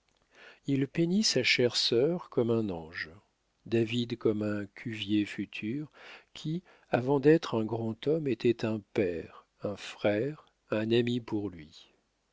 il peignit sa chère sœur comme un ange david comme un cuvier futur qui avant d'être un grand homme était un père un frère un ami pour lui